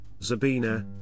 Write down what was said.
Zabina